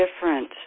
different